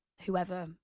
whoever